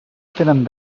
tenen